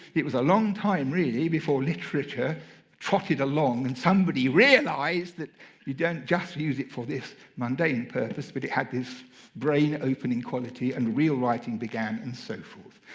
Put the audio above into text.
it was a long time, really, before literature trotted along and somebody realised that you don't just use it for this mundane purpose. but it had this brain-opening quality, and real writing began and so forth.